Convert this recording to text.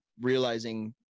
realizing